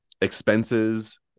expenses